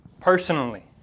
personally